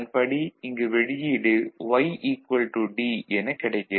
இங்கு வெளியீடு Y D என கிடைக்கிறது